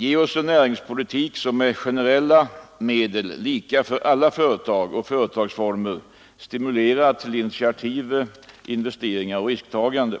Ge oss en näringspolitik som med generella medel, lika för alla företag och företagsformer, stimulerar till initiativ, investeringar och risktagande!